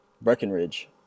Breckenridge